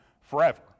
forever